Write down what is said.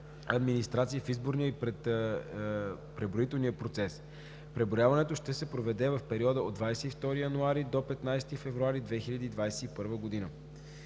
в изборния и преброителния процес. Преброяването ще се проведе в периода от 22 януари до 15 февруари 2021 г.